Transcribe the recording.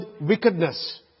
wickedness